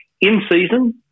In-season